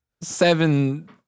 seven